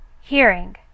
hearing